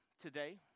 today